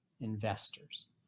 investors